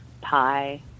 pie